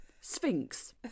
sphinx